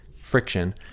friction